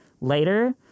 later